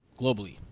globally